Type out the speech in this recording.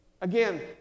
Again